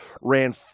ran